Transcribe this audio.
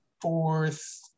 fourth